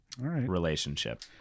Relationship